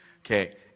Okay